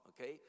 okay